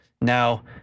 now